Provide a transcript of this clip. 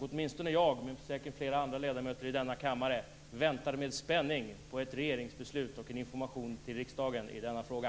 Åtminstone jag, och säkert flera andra ledamöter i denna kammare, väntar med spänning på ett regeringsbeslut och en information till riksdagen i denna fråga.